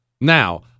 Now